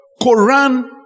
Quran